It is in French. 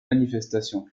manifestations